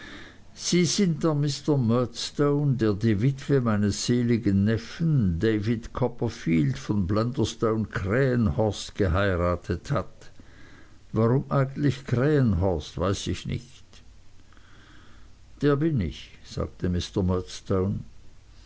sie sind der mr murdstone der die witwe meines seligen neffen david copperfield von blunderstone krähenhorst geheiratet hat warum eigentlich krähenhorst weiß ich nicht der bin ich sagte